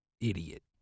idiot